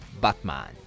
Batman